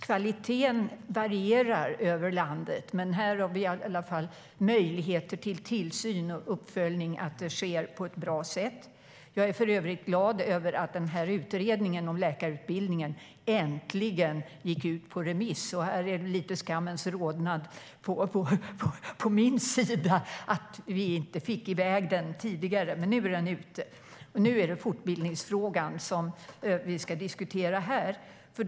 Kvaliteten varierar över landet, men vi har åtminstone möjligheter till tillsyn och uppföljning. Jag är för övrigt glad över att utredningen om läkarutbildningen äntligen gick ut på remiss. Här är det väl lite av skammens rodnad på min sida för att vi inte fick i väg den tidigare, men nu är den ute. Nu är det fortbildningsfrågan vi ska diskutera här.